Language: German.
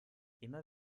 immer